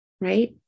right